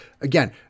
again